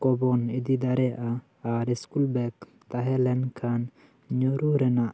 ᱠᱚᱵᱚᱱ ᱤᱫᱤ ᱫᱟᱲᱮᱭᱟᱜᱼᱟ ᱟᱨ ᱤᱥᱠᱩᱞ ᱵᱮᱜᱽ ᱛᱟᱦᱮᱸ ᱞᱮᱱᱠᱷᱟᱱ ᱧᱩᱨᱩ ᱨᱮᱱᱟᱜ